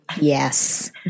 yes